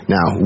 Now